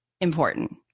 important